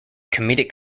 comedic